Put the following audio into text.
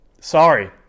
sorry